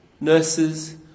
nurses